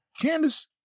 Candace